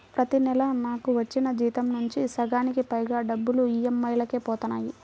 ప్రతి నెలా నాకు వచ్చిన జీతం నుంచి సగానికి పైగా డబ్బులు ఈఎంఐలకే పోతన్నాయి